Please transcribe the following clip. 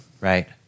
right